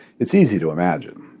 it's easy to imagine.